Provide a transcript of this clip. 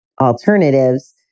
alternatives